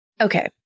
Okay